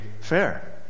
Fair